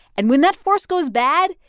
and when that force goes bad,